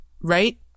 right